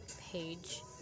page